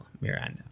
Miranda